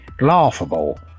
laughable